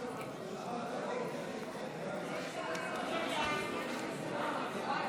אסדרת שוק הקנביס לצריכה עצמית,